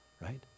right